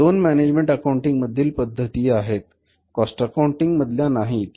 ह्या दोन management accounting मधील पद्धती आहेत कॉस्ट अकाउंटिंग मधल्या नाहीत